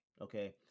Okay